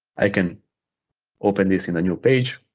i can open this in a new page.